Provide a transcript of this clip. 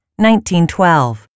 1912